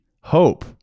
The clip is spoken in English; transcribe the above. hope